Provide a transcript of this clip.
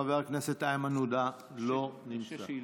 לא נמצא.